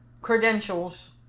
credentials